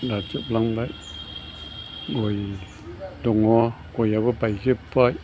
दा जोबलांबाय गय दङ गयाबो बायजोबबाय